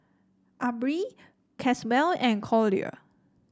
Aubree Caswell and Collier